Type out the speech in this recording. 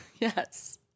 Yes